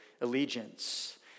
allegiance